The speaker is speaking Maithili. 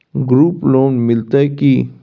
ग्रुप लोन मिलतै की?